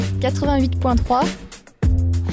88.3